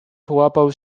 połapał